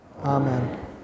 Amen